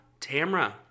Tamra